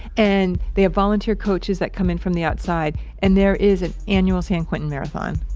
and they volunteer coaches that come in from the outside and there is an annual san quentin marathon.